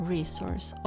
Resource